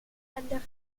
anderen